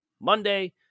Monday